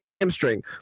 hamstring